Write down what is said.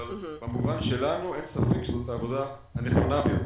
אבל במובן שלנו אין ספק שזאת העבודה הנכונה ביותר.